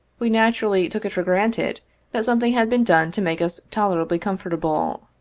we naturally took it for granted that something had been done to make us tolerably comfort able.